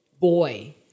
Boy